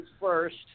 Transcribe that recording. first